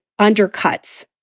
undercuts